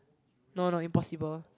no no impossible